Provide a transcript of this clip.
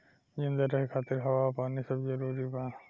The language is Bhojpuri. जिंदा रहे खातिर हवा आ पानी सब जरूरी बा